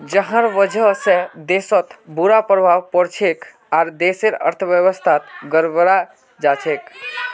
जहार वजह से देशत बुरा प्रभाव पोरछेक आर देशेर अर्थव्यवस्था गड़बड़ें जाछेक